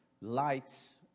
lights